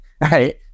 right